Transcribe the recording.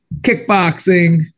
kickboxing